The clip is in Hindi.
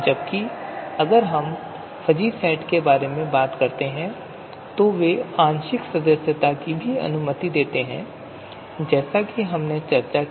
जबकि अगर हम फ़ज़ी सेट के बारे में बात करते हैं तो वे आंशिक सदस्यता की भी अनुमति देते हैं जैसा कि हमने चर्चा की